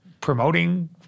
promoting